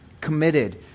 committed